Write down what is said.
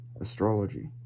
astrology